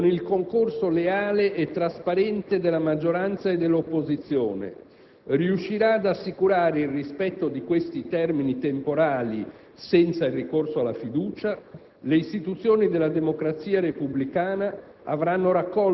Se la cornice regolamentare in vigore, con il concorso leale e trasparente della maggioranza e dell'opposizione, riuscirà ad assicurare il rispetto di questi termini temporali senza il ricorso alla fiducia,